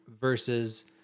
versus